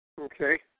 Okay